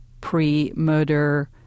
pre-murder